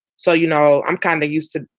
so, you know, i'm kind of used to,